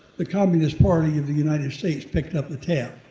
the communist party of the united states picked up the tab.